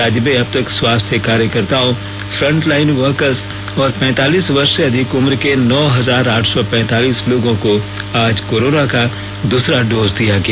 राज्य में अब तक स्वास्थ्य कार्यकर्ताओं फंट लाइन वर्कस और पैतालीस वर्ष से अधिक उम्र के नौ हजार आठ सौ पैतालीस लोगों को आज कोराना का दूसरा डोज दिया गया